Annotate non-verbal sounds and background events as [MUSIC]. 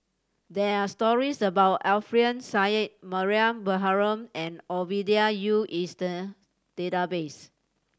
there are stories about Alfian Sa'at Mariam Baharom and Ovidia Yu [UNINTELLIGIBLE] database